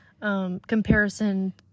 Comparison